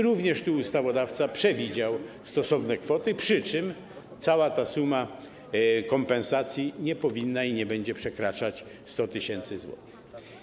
Również tu ustawodawca przewidział stosowne kwoty, przy czym cała suma kompensacji nie powinna i nie będzie przekraczać 100 tys. zł.